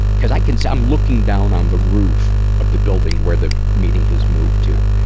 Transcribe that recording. cuz i can so i'm looking down on the roof of the building where the meeting has moved to.